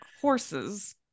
horses